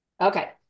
Okay